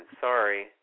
sorry